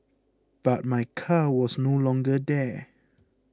but my car was no longer there